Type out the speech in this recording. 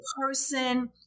person